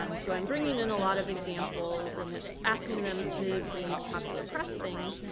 um so i'm bringing in a lot of examples. and asking them to read popular press things.